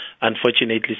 unfortunately